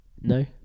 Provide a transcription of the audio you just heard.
No